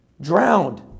drowned